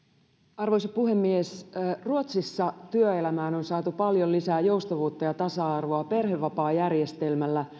arvoisa puhemies ruotsissa työelämään on saatu paljon lisää joustavuutta ja tasa arvoa perhevapaajärjestelmällä